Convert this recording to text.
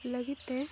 ᱞᱟᱹᱜᱤᱫᱼᱛᱮ